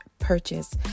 Purchase